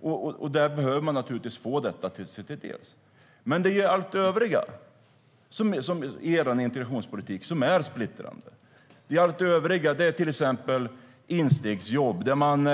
De behöver få del av detta - så är det. Det är allt det övriga i er integrationspolitik som är splittrande, till exempel instegsjobben.